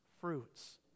fruits